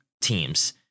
teams